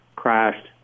crashed